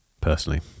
Personally